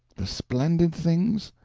the splendid things!